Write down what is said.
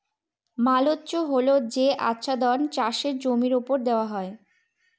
mulch হল যে আচ্ছাদন চাষের জমির ওপর দেওয়া হয়